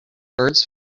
birds